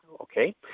okay